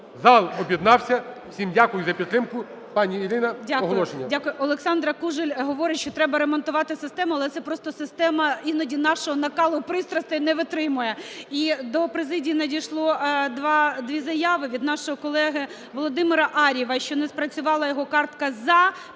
Зал об'єднався, всім дякую за підтримку. Пані Ірина, оголошення.